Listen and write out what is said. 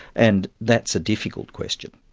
and that's a difficult question.